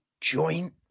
joint